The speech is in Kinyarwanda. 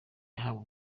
yahabwa